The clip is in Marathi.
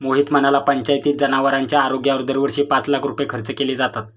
मोहित म्हणाला, पंचायतीत जनावरांच्या आरोग्यावर दरवर्षी पाच लाख रुपये खर्च केले जातात